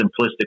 simplistic